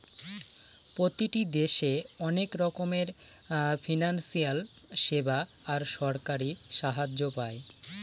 প্রতিটি দেশে অনেক রকমের ফিনান্সিয়াল সেবা আর সরকারি সাহায্য পায়